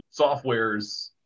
softwares